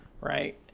Right